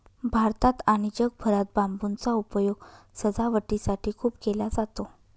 भारतात आणि जगभरात बांबूचा उपयोग सजावटीसाठी खूप केला जातो